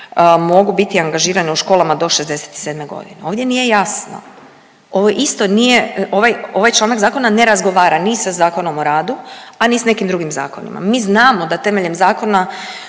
mogu biti angažirane u školama do 67. g. Ovdje nije jasno, ovo isto nije, ovaj članak zakona ne razgovara ni sa ZOR-om, a ni s nekim drugim zakonima. Mi znamo da temeljem Zakona